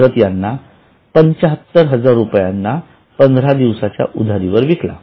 भरत यांना ७५००० रुपयांना १५ दिवसाच्या उधारीवर विकला